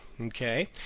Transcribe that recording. okay